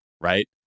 right